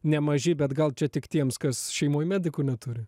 nemaži bet gal čia tik tiems kas šeimoj medikų neturi